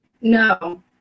No